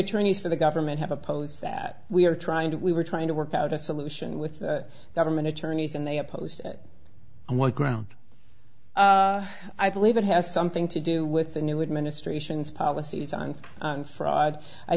attorneys for the government have opposed that we are trying to we were trying to work out a solution with government attorneys and they opposed it on what grounds i believe it has something to do with the new administration's policies on fraud i